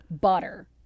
butter